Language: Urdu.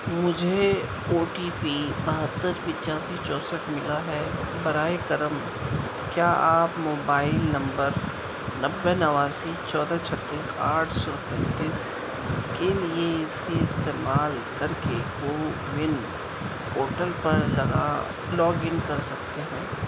مجھے او ٹی پی بہتر پچاسی چونسٹھ ملا ہے براہ کرم کیا آپ موبائل نمبر نوے نواسی چودہ چھتیس آٹھ سو تینتیس کے لیے اس کا استعمال کر کے کوون پر لگا لاگ ان کر سکتے ہیں